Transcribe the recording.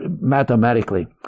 mathematically